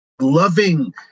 loving